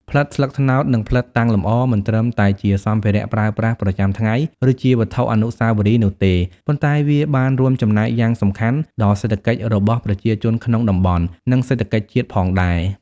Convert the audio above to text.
ផ្លិតស្លឹកត្នោត និងផ្លិតតាំងលម្អ មិនត្រឹមតែជាសម្ភារៈប្រើប្រាស់ប្រចាំថ្ងៃ ឬជាវត្ថុអនុស្សាវរីយ៍នោះទេ ប៉ុន្តែវាបានរួមចំណែកយ៉ាងសំខាន់ដល់សេដ្ឋកិច្ចរបស់ប្រជាជនក្នុងតំបន់ និងសេដ្ឋកិច្ចជាតិផងដែរ។